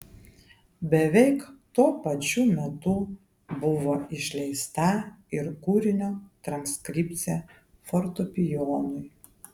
beveik tuo pačiu metu buvo išleista ir kūrinio transkripcija fortepijonui